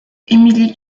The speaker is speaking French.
emily